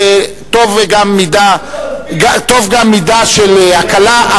טוב גם מידה של הקלה,